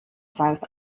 south